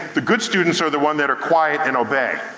the good students are the ones that are quiet and obey.